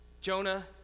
Jonah